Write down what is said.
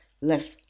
left